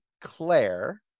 Claire